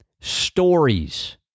stories